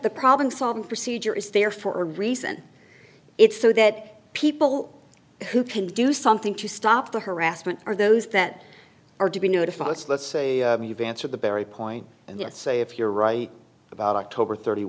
the problem solving procedure is there for a reason it's so that people who can do something to stop the harassment or those that are to be notified us let's say you've answered the barry point and say if you're right about october thirty